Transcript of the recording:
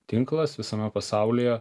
tinklas visame pasaulyje